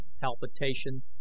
palpitation